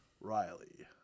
Riley